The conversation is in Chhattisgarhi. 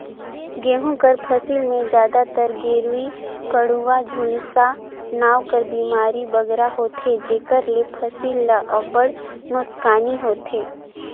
गहूँ कर फसिल में जादातर गेरूई, कंडुवा, झुलसा नांव कर बेमारी बगरा होथे जेकर ले फसिल ल अब्बड़ नोसकानी होथे